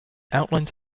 outlines